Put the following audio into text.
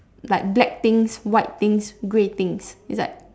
like black things white things grey things it's like